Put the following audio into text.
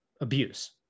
abuse